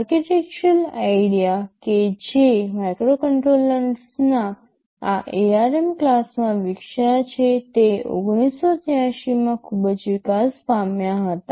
architectural idea કે જે માઇક્રોકન્ટ્રોલર્સના આ ARM ક્લાસમાં વિકસ્યા છે તે 1983 માં ખૂબ જ વિકાસ પામ્યા હતા